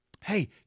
Hey